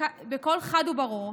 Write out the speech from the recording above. חד וברור: